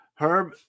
Herb